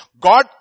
God